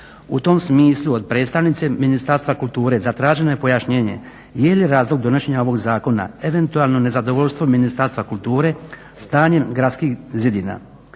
U tom smislu od predstavnice Ministarstva kulture zatraženo je pojašnjenje je li razlog donošenja ovog zakona eventualno nezadovoljstvo Ministarstva kulture stanjem gradskih zidina?